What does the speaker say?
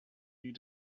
need